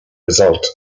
result